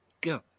go